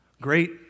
Great